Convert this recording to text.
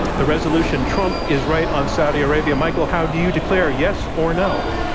the resolution, trump is right on saudi arabia. michael, how do you declare, yes or no?